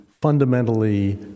fundamentally